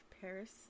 Paris